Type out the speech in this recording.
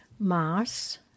Mars